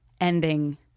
ending